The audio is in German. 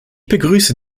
begrüße